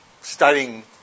studying